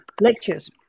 Lectures